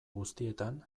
guztietan